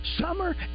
summer